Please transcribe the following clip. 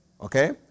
Okay